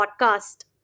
podcast